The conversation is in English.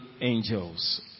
angels